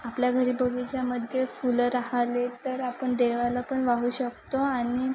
आपल्या घरी बगीचामध्ये फुलं राहिले तर आपण देवाला पण वाहू शकतो आणि